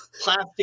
plastic